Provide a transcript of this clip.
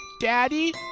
Daddy